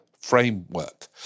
framework